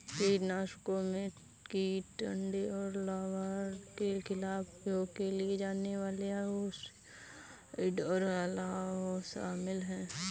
कीटनाशकों में कीट अंडे और लार्वा के खिलाफ उपयोग किए जाने वाले ओविसाइड और लार्वा शामिल हैं